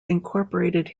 incorporated